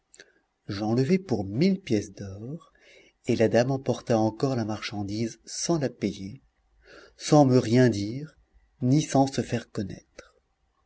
j'en levai pour mille pièces d'or et la dame emporta encore la marchandise sans la payer sans me rien dire ni sans se faire connaître